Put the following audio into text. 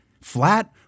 flat